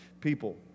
people